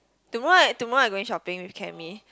tomorrow I tomorrow I going shopping with Camie